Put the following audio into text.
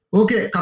okay